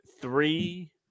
three